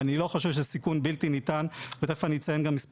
אני לא חושב שזה סיכון בלתי ניתן,